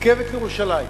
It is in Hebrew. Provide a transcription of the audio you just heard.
רכבת לירושלים,